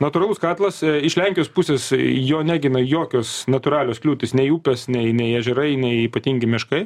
natūralus katilas iš lenkijos pusės jo negina jokios natūralios kliūtys nei upės nei nei ežerai nei ypatingi miškai